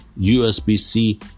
USB-C